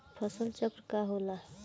फसल चक्र का होला?